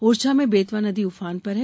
ओरछा में बेतवा नदी उफान पर है